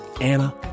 Anna